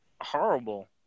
horrible